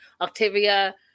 Octavia